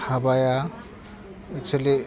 हाबाया एकसुलि